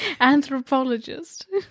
Anthropologist